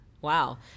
wow